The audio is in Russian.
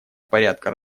порядка